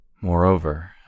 Moreover